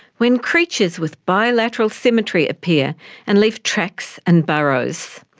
when creatures with bilateral symmetry appear and leave tracks and burrows.